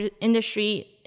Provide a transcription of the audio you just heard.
industry